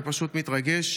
אני פשוט מתרגש,